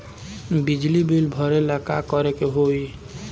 बिजली बिल भरेला का करे के होई?